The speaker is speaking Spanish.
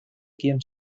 quién